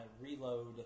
reload